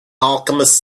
alchemist